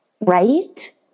Right